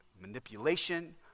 manipulation